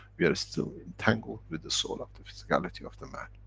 we are still entangled, with the soul of the physicality of the man.